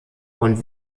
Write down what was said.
und